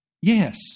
Yes